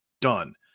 Done